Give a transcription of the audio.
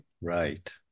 Right